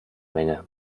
menge